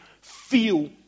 feel